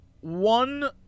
One